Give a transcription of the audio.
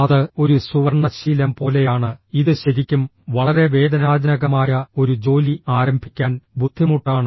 അത് ഒരു സുവർണ്ണ ശീലം പോലെയാണ് ഇത് ശരിക്കും വളരെ വേദനാജനകമായ ഒരു ജോലി ആരംഭിക്കാൻ ബുദ്ധിമുട്ടാണ്